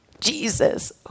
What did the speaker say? Jesus